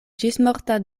ĝismorta